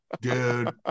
Dude